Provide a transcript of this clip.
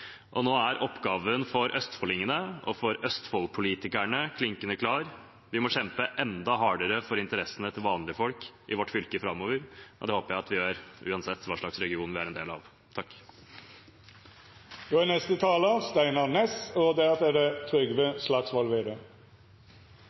Akershus. Nå er oppgaven for østfoldingene og for Østfold-politikerne klinkende klar: Vi må kjempe enda hardere for interessene til vanlige folk i vårt fylke framover, og det håper jeg at vi gjør uansett hva slags region vi er en del av. Store ord og politisk sjølvskryt vert brukt for å dekkje over at regionreforma er uferdig og